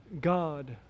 God